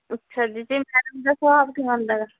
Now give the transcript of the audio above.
ਅੱਛਾ ਜੀ ਅਤੇ ਮੈਡਮ ਦਾ ਸੁਭਾਅ ਕਿਵੇਂ ਹੁੰਦਾ ਗਾ